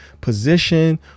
position